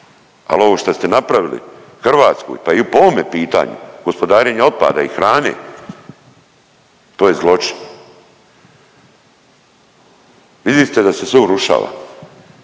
al ovo šta ste napravili Hrvatskoj, pa i po ovome pitanju gospodarenja otpada i hrane to je zločin. Vidite da se sve urušava,